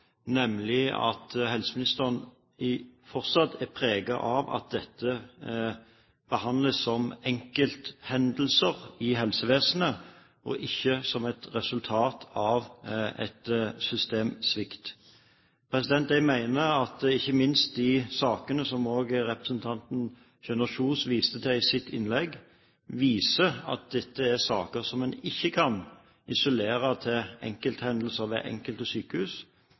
nemlig at helseministeren fortsatt er preget av at dette behandles som enkelthendelser i helsevesenet, og ikke som et resultat av en systemsvikt. Jeg mener at ikke minst de sakene som også representanten Kjønaas Kjos viste til i sitt innlegg, viser at dette er saker som man ikke kan isolere til enkelthendelser ved enkelte sykehus,